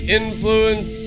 influence